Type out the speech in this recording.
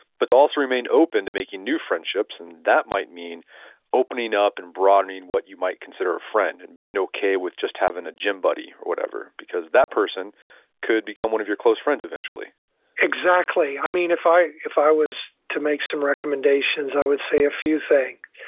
but to also remain open to making new friendships. and that might mean opening up and broadening what you might consider a friend and being okay with just having a gym buddy or whatever, because that person could become one of your close friends eventually exactly. i mean, if i if i was to make some recommendations, i would say a few things.